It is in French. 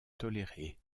toléré